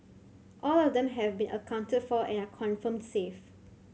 all of them have been accounted for and are confirmed safe